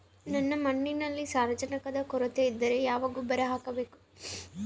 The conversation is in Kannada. ನನ್ನ ಮಣ್ಣಿನಲ್ಲಿ ಸಾರಜನಕದ ಕೊರತೆ ಇದ್ದರೆ ಯಾವ ಗೊಬ್ಬರ ಹಾಕಬೇಕು?